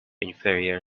inferior